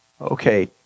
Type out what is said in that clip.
okay